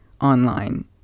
online